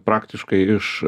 praktiškai iš